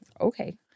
Okay